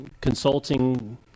Consulting